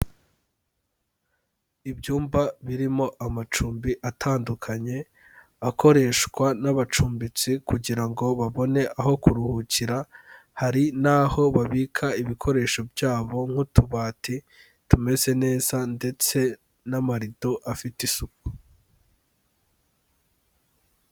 Ibyumba birimo amacumbi atandukanye, akoreshwa n'abacumbitsi kugira ngo babone aho kuruhukira, hari n'aho babika ibikoresho byabo nk'utubati tumeze neza ndetse n'amarido afite isuku.